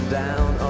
down